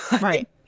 Right